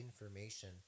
information